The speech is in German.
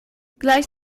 gleich